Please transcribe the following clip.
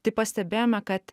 tai pastebėjome kad